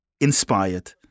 inspired